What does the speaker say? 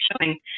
showing